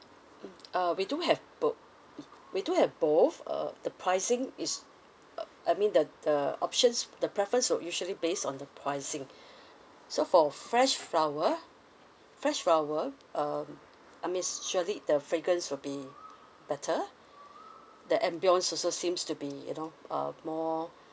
mm uh we do have both we do have both uh the pricing is uh I mean the the options the preference would usually based on the pricing so for fresh flower fresh flower um I mean surely the fragrance will be better the ambiance also seems to be you know uh more